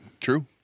True